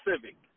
Civic